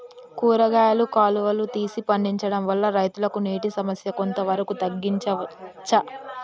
కూరగాయలు కాలువలు తీసి పండించడం వల్ల రైతులకు నీటి సమస్య కొంత వరకు తగ్గించచ్చా?